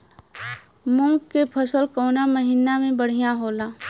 मुँग के फसल कउना महिना में बढ़ियां होला?